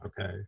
okay